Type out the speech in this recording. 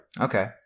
Okay